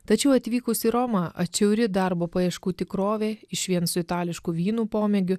tačiau atvykus į romą atšiauri darbo paieškų tikrovė išvien su itališku vynų pomėgiu